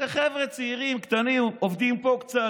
זה חבר'ה צעירים שעובדים פה קצת,